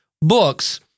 books